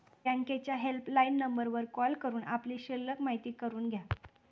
बँकेच्या हेल्पलाईन नंबरवर कॉल करून आपली शिल्लक माहिती करून घ्या